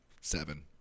Seven